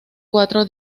cuatro